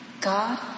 God